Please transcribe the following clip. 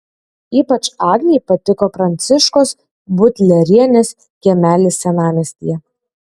ypač agnei patiko pranciškos butlerienės kiemelis senamiestyje